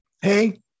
Hey